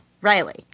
Riley